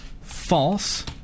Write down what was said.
false